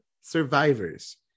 survivors